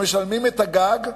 שמשלמים את הגג,